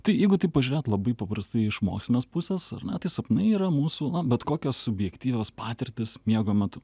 tai jeigu taip pažiūrėt labai paprastai iš mokslinės pusės ar ne tai sapnai yra mūsų na bet kokios subjektyvios patirtys miego metu